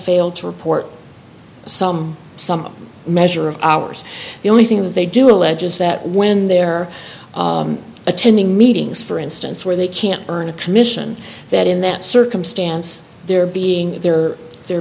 failed to report some some measure of hours the only thing that they do allege is that when they're attending meetings for instance where they can't earn a commission that in that circumstance they're being there or they're